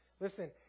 Listen